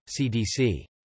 CDC